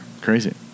crazy